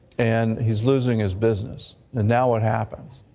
and he's losing his business, and now what happened?